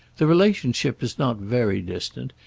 the relationship is not very distant,